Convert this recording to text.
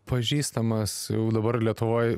pažįstamas jau dabar lietuvoj